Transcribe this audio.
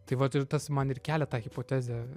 taip vat ir tas man ir kelia tą hipotezę